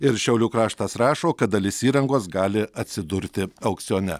ir šiaulių kraštas rašo kad dalis įrangos gali atsidurti aukcione